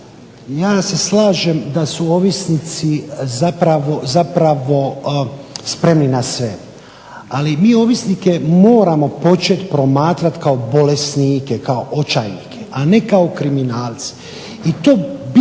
Ja se slažem da su ovisnici zapravo spremni na sve ali mi ovisnike moramo početi promatrati kao bolesnike kao očajnike, a ne kao kriminalce.